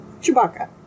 Chewbacca